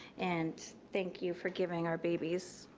and thank you for giving our babies